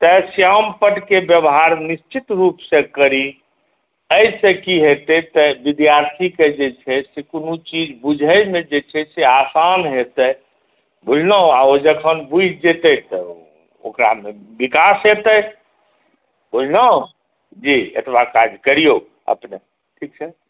तऽ श्यामपट्टके व्यवहार निश्चित रुपसे करी एहिसे की हेतै तऽ विद्यार्थीके जे छै से कोनो चीज बुझैमे जे छै से आसान हेतै बुझलहुॅं आ ओ जखन बुझि जेतै तऽ ओकरामे विकास हेतै बुझलहुँ जी एतबा काज करियौ अपने ठीक छै